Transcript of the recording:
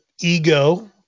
ego